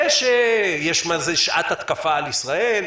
יש מה זה "שעת התקפה על ישראל",